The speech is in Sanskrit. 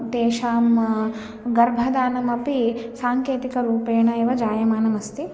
तेषां गर्भाधानमपि साङ्केतिकरूपेण एव जायमानम् अस्ति